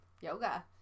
yoga